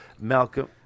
Malcolm